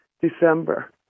December